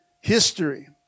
history